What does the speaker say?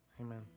Amen